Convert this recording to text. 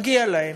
מגיע להם.